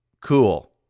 cool